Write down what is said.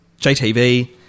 JTV